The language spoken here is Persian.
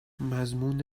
مضمون